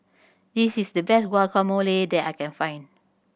this is the best Guacamole that I can find